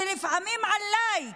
לפעמים על לייק,